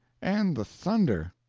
and the thunder.